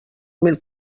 mil